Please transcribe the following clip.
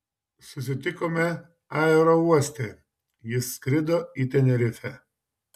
susitikome aerouoste ji skrido į tenerifę